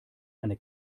eine